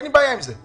אין לי בעיה עם זה.